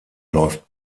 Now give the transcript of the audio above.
läuft